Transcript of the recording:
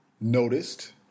noticed